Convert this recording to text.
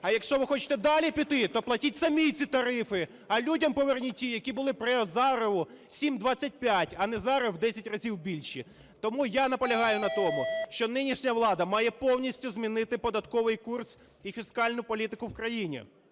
А якщо ви хочете далі піти, то платіть самі ці тарифи, а людям поверніть ті, які були при Азарові, 7,25, а не зараз – в 10 разів більші. Тому я наполягаю на тому, що нинішня влада має повністю змінити податковий курс і фіскальну політику в країні.